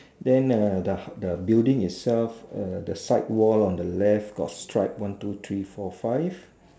then the the building itself the side wall on the left got strap one two three four five